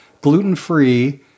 gluten-free